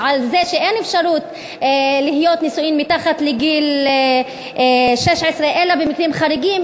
שאין אפשרות להיות נשואים מתחת לגיל 16 אלא במקרים חריגים,